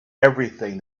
everything